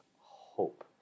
hope